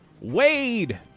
Wade